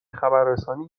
خبررسانی